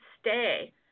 stay